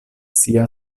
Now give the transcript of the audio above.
sia